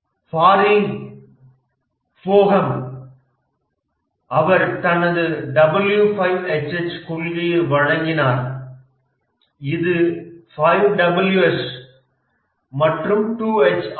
Pari Boehm அவர் தனது W5HH கொள்கையை வழங்கினார் இது 5 Ws மற்றும் 2 H ஆகும்